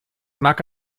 mag